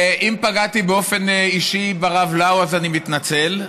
אם פגעתי באופן אישי ברב לאו אז אני מתנצל,